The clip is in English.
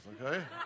okay